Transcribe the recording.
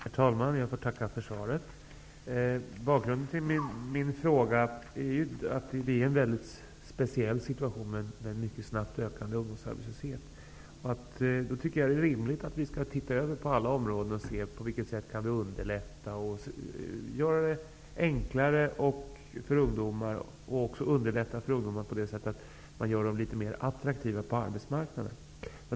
Herr talman! Jag tackar för svaret. Bakgrunden till min fråga är att vi lever i en speciell situation med en mycket snabbt ökande ungdomsarbetslöshet. Då tycker jag att det är rimligt att vi studerar alla områden för att se om vi kan underlätta för ungdomarna genom att göra dem mer attraktiva på arbetsmarknaden.